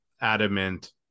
adamant